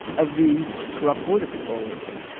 of the corrupt border patrol agent.